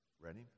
Ready